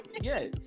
Yes